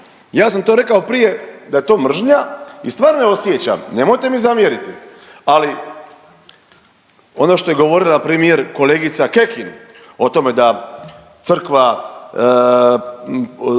ja sam to rekao prije da je to mržnja i stvarno je osjećam, nemojte mi zamjeriti, ali ono što je govorila primjer kolegica Kekin o tome da Crkva